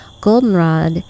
goldenrod